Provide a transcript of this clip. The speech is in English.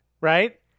right